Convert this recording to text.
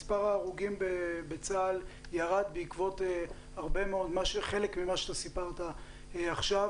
מספר ההרוגים בצה"ל ירד בעקבות חלק ממה שאתה סיפרת עכשיו,